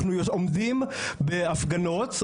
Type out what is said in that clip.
אנחנו עומדים בהפגנות,